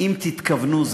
אם תתכוונו,